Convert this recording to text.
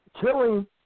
killing